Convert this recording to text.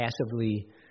passively